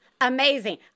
amazing